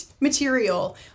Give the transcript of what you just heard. material